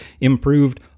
improved